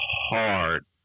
hard